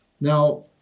Now